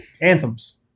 anthems